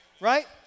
right